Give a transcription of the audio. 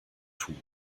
tun